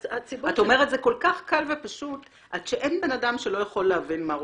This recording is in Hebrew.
את אומרת זה כל כך קל ופשוט עד שאין בן אדם שלא יכול להבין את מה שנדרש.